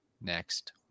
next